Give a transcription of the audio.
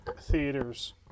theaters